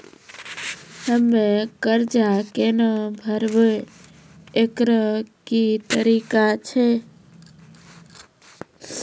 हम्मय कर्जा केना भरबै, एकरऽ की तरीका छै?